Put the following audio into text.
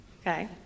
Okay